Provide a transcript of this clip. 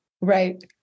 Right